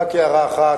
רק הערה אחת,